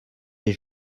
des